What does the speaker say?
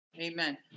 Amen